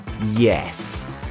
Yes